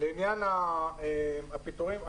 לעניין הפיטורים.